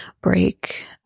break